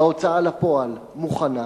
ההוצאה לפועל מוכנה,